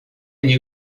nie